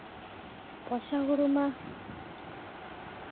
ᱵᱚᱨᱥᱟ ᱦᱩᱲᱩ ᱢᱟ